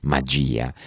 Magia